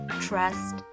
trust